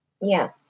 Yes